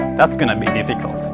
that's going to be difficult!